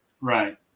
Right